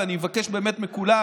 ואני מבקש באמת מכולם,